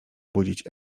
budzić